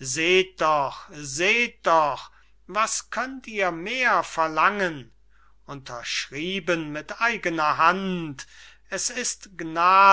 seht doch seht doch was könnt ihr mehr verlangen unterschrieben mit eigener hand es ist gnade